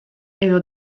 edo